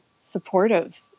supportive